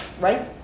right